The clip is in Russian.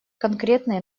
конкретные